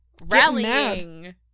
rallying